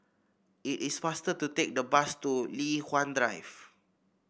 it is faster to take the bus to Li Hwan Drive